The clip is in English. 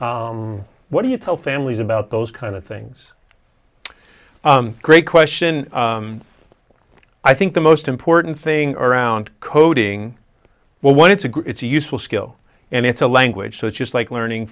what do you tell families about those kind of things great question i think the most important thing around coding well when it's a group it's a useful skill and it's a language so it's just like learning